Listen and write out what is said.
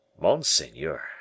Monseigneur